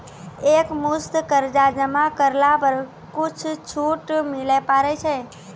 एक मुस्त कर्जा जमा करला पर कुछ छुट मिले पारे छै?